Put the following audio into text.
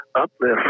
uplift